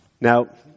Now